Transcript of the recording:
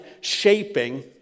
shaping